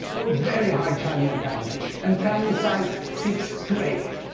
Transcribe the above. or very high, child mortality and family size, six to eight.